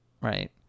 Right